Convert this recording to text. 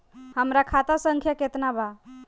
हमरा खाता संख्या केतना बा?